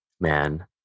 man